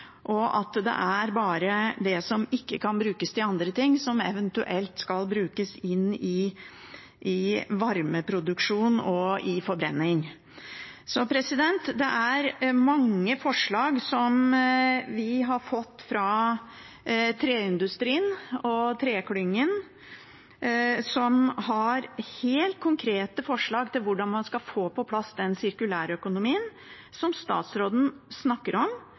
andre ting, som eventuelt skal brukes inn i varmeproduksjon og i forbrenning. Vi har fått mange forslag fra treindustrien og treklyngen. De har helt konkrete forslag til hvordan man skal få på plass den sirkulærøkonomien som statsråden snakker om,